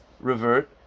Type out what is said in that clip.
revert